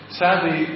sadly